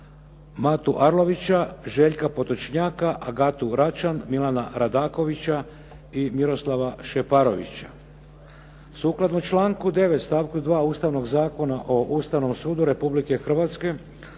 Matu Arlovića, Željka Potočnjaka, Agatu Račan, Milana Radakovića i Miroslava Šeparovića. Sukladno članku 9. stavku 2. Ustavnog zakona o Ustavnom sudu Republike Hrvatske